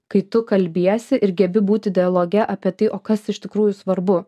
kai tu kalbiesi ir gebi būti dialoge apie tai o kas iš tikrųjų svarbu